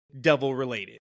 devil-related